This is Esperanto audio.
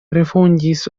refondis